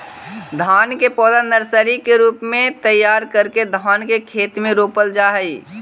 धान के पौधा नर्सरी के रूप में तैयार करके धान के खेत में रोपल जा हइ